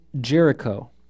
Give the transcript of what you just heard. Jericho